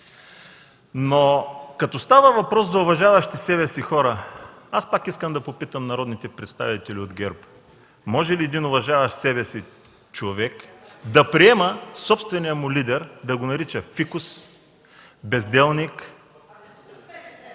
Като става въпрос за уважаващи себе си хора, пак искам да попитам народните представители от ГЕРБ: може ли уважаващ себе си човек да приеме собствения му лидер да го нарича фикус, безделник?